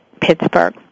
Pittsburgh